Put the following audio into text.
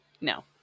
No